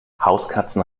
hauskatzen